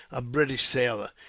a british sailor!